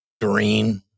green